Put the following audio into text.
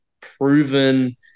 proven